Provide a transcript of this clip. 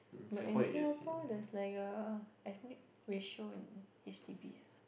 but in Singapore there's like a ethnic ratio in H_D_Bs ah